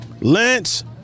Lance